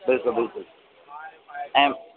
बिल्कुलु बिल्कुलु ऐं